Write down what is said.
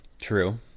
True